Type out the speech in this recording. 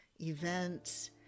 events